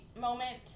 moment